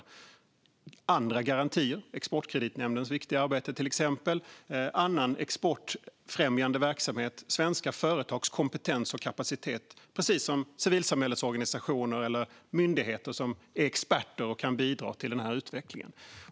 Det handlar om andra garantier, till exempel Exportkreditnämndens viktiga arbete, och annan exportfrämjande verksamhet. Det handlar om svenska företags kompetens och kapacitet precis som om civilsamhällets organisationer eller myndigheter som är experter och kan bidra till den här utvecklingen.